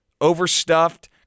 Overstuffed